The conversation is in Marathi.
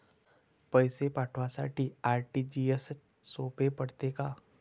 पैसे पाठवासाठी आर.टी.जी.एसचं सोप पडते का?